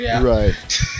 Right